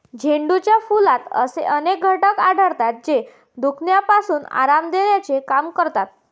झेंडूच्या फुलात असे अनेक घटक आढळतात, जे दुखण्यापासून आराम देण्याचे काम करतात